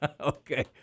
Okay